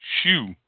shoe